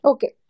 Okay